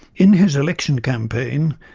in his election campaign,